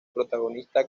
protagonista